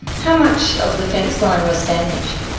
how much of the fence line was damaged?